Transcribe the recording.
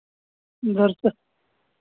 दर्शन